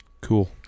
Cool